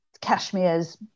cashmere's